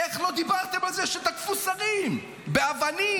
איך לא דיברתם על זה שתקפו שרים באבנים?